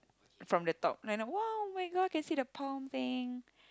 from the top and I know !wow! oh-my-god can see the palm thing